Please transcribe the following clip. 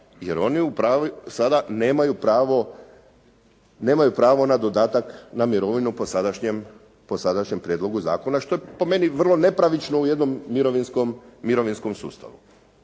jer oni sada nemaju pravo na dodatak na mirovinu po sadašnjem prijedlogu zakona što je po meni vrlo nepravično u jednom mirovinskom sustavu,